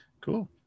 Cool